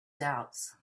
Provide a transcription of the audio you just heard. doubts